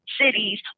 cities